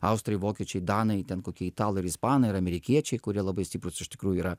austrai vokiečiai danai ten kokie italai ar ispanai ir amerikiečiai kurie labai stiprūs iš tikrųjų yra